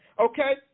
Okay